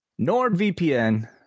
NordVPN